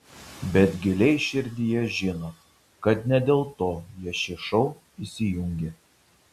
bet giliai širdyje žino kad ne dėl to jie šį šou įsijungia